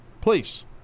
please